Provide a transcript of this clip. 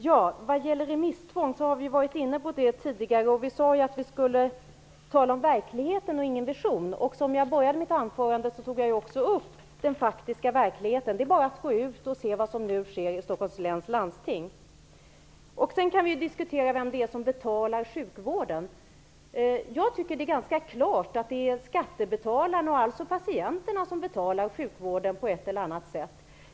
Herr talman! Remisstvånget har vi varit inne på det tidigare. Vi sade att vi skulle tala om verkligheten och inte om någon vision. Jag började mitt anförande med att ta upp den faktiska verkligheten. Det är bara att gå ut och se vad som nu sker i Stockholms läns landsting. Sedan kan vi diskutera vem det är som betalar sjukvården. Jag tycker att det är ganska klart att det är skattebetalarna, alltså patienterna, som betalar sjukvården på ett eller annat sätt.